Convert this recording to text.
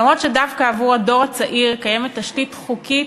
למרות שדווקא עבור הדור הצעיר קיימת תשתית חוקית